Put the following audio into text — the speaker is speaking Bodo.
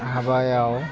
हाबायाव